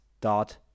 dot